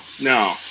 no